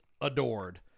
adored